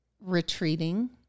retreating